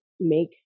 make